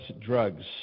drugs